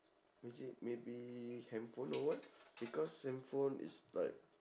is it maybe handphone or what because handphone is like